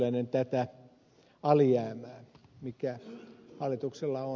pulliainen tätä alijäämää mikä hallituksella on